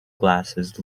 glasses